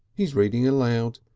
he's reading aloud.